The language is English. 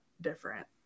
different